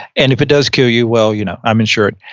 and if it does kill you, well, you know i'm insured.